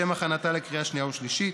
לשם הכנתה לקריאה שנייה ושלישית,